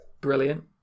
brilliant